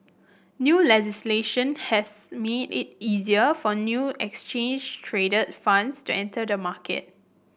new legislation has made it easier for new exchange traded funds to enter the market